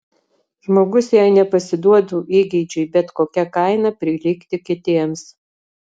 žmogus jei nepasiduotų įgeidžiui bet kokia kaina prilygti kitiems